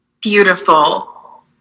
Beautiful